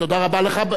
תודה רבה לך.